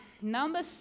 number